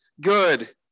good